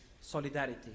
solidarity